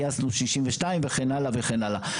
גייסנו 62 וכן הלאה וכן הלאה.